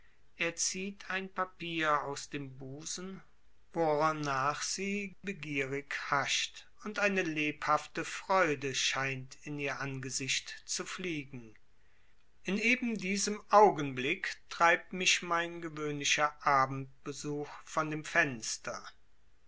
er zieht ein papier aus dem busen wornach sie begierig hascht und eine lebhafte freude scheint in ihr angesicht zu fliegen in eben diesem augenblick treibt mich mein gewöhnlicher abendbesuch von dem fenster